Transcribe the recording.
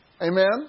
Amen